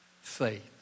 faith